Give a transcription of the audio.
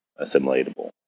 assimilatable